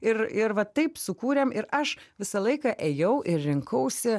ir ir va taip sukūrėm ir aš visą laiką ėjau ir rinkausi